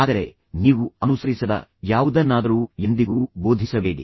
ಆದರೆ ನೀವು ಅನುಸರಿಸದ ಯಾವುದನ್ನಾದರೂ ಎಂದಿಗೂ ಬೋಧಿಸಬೇಡಿ